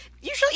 usually